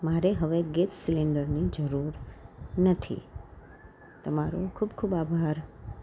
મારે હવે ગેસ સિલિન્ડરની જરૂર નથી તમારો ખૂબ ખૂબ આભાર